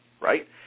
right